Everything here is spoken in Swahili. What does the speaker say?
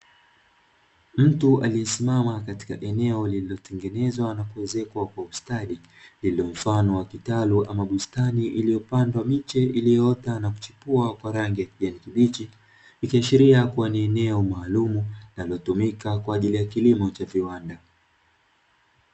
Mtu aliyesimama katika eneo lililotengenezwa na kuezekwa kwa ustadi, lililo mfano wa kitalu ama bustani iliyopandwa miche iliyoota na kuchipua kwa rangi ya kijani kibichi; ikiashiria kuwa ni eneo maalumu linalotumika kwa ajili ya kilimo cha viwanda.